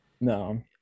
No